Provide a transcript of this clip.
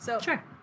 Sure